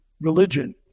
religion